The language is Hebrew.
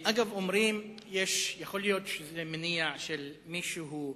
אגב, אומרים שיכול להיות שזה מניע של מישהו שהוא